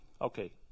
okay